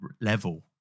level